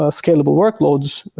ah scalable workloads,